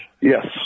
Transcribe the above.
Yes